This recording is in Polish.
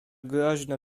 groźne